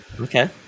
okay